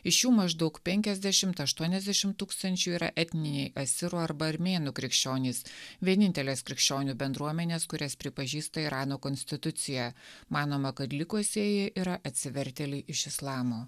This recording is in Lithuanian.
iš jų maždaug penkiasdešimt aštuoniasdešimt tūkstančių yra etniniai asirų arba armėnų krikščionys vienintelės krikščionių bendruomenės kurias pripažįsta irano konstitucija manoma kad likusieji yra atsivertėliai iš islamo